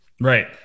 Right